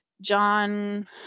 John